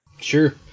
Sure